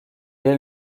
est